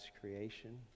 creation